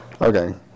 Okay